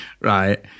right